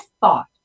thought